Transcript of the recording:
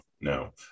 no